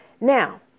Now